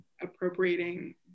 appropriating